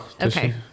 Okay